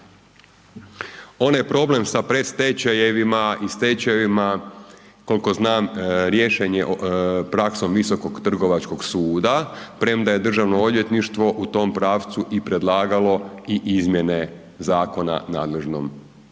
Onaj problem sa predstečajevima i stečajevima, koliko znam riješen je praksom Visokog trgovačkog suda premda je Državno odvjetništvo u tom pravcu i to predlagalo i izmjene zakona nadležnom